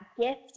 gift